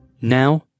Now